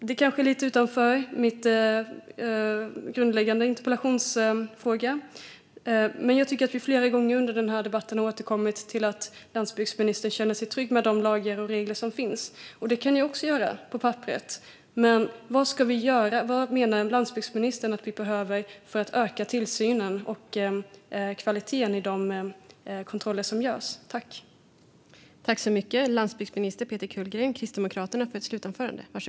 Detta kanske går lite utanför min grundläggande interpellationsfråga, men jag tycker att vi flera gånger under denna debatt har återkommit till att landsbygdsminister Peter Kullgren känner sig trygg med de lagar och regler som finns. Det kan jag också göra på papperet, men vad menar landsbygdsministern att vi behöver göra för att öka tillsynen över och kvaliteten hos de kontroller som görs?